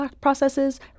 processes